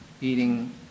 eating